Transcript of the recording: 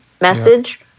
message